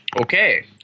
Okay